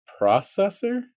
processor